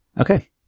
Okay